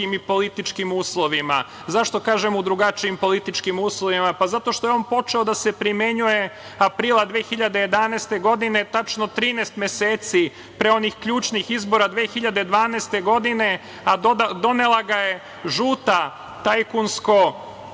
i političkim uslovima.Zašto kažem u drugačijim političkim uslovima? Pa, zato što je on počeo da se primenjuje, aprila 2011. godine, tačno 13 meseci pre onih ključnih izbora 2012. godine, a donela ga je žuta